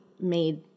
made